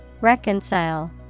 Reconcile